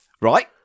right